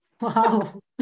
Wow